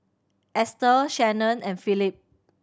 Estel Shanon and Phillip